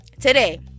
today